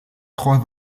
trois